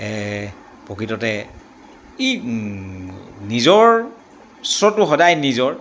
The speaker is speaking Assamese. প্ৰকৃততে ই নিজস্বটো সদায় নিজৰ